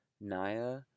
Naya